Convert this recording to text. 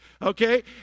Okay